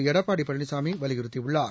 எடப்பாடி பழனிசாமி வலியுறுத்தியுள்ளார்